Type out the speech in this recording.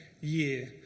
year